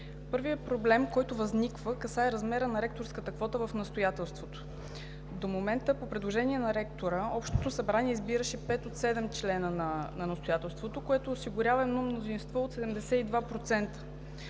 Първият проблем, който възниква, касае размера на ректорската квота в настоятелството. До момента, по предложение на ректора, общото събрание избираше пет от седем членове на настоятелството, което осигурява мнозинство от 72%.